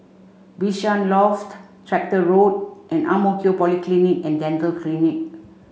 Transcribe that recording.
Bishan Loft Tractor Road and Ang Mo Kio Polyclinic and Dental Clinic